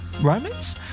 romance